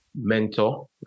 mentor